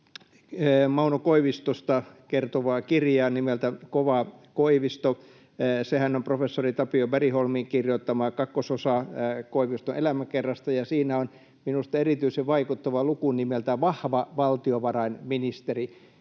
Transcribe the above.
Mauno Koivistosta kertovaa kirjaa nimeltä ”Kova Koivisto”. Sehän on professori Tapio Bergholmin kirjoittama kakkososa Koiviston elämäkerrasta, ja siinä on minusta erityisen vaikuttava luku nimeltä ”Vahva valtionvarainministeri”.